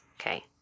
okay